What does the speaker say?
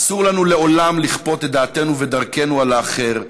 אסור לנו לעולם לכפות את דעתנו ודרכנו על האחר,